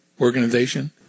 organization